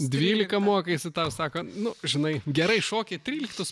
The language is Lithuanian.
dvylika mokaisi tau sako nu žinai gerai šoki tryliktus